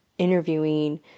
interviewing